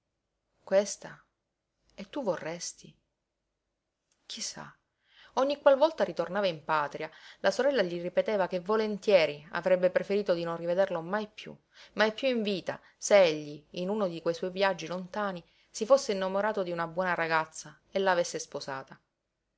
e tu vorresti chi sa ogni qual volta ritornava in patria la sorella gli ripeteva che volentieri avrebbe preferito di non rivederlo mai piú mai piú in vita se egli in uno di quei suoi viaggi lontani si fosse innamorato di una buona ragazza e la avesse sposata